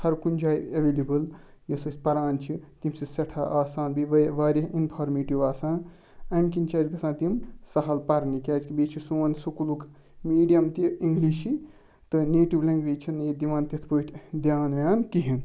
ہَر کُنہِ جایہِ ایٚویلیبٕل یۅس أسۍ پَران چھِ تِم چھِ سٮ۪ٹھاہ آسان بیٚیہٕ واریاہ اِنفارمیٹِو آسان اَمہِ کِنۍ چھِ اسہِ گَژھان تِم سَہَل پَرنہِ کیٛازِکہِ بیٚیہِ چھُ سون سکوٗلُک میڈیم تہِ انٛگلشٕے تہٕ نیٹِو لینٛگویج چھِنہٕ ییٚتہِ دِوان تِتھ پٲٹھۍ دھیٛان وِیٛان کِہیٖنۍ